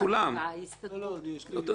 אותו דבר.